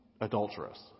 adulterous